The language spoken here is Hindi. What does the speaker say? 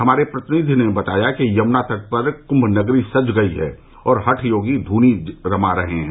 हमारे प्रतिनिधि ने बताया कि यमुना तट पर कृम्भ नगरी सज गयी है और हठ योगी धूनी रमा रहे हैं